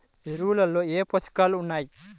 ఎరువులలో ఏ పోషకాలు ఉన్నాయి?